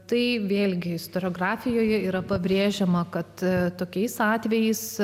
tai vėlgi istoriografijoje yra pabrėžiama kad tokiais atvejais